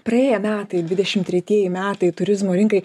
praėję metai dvidešimt tretieji metai turizmo rinkai